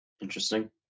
interesting